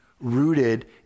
rooted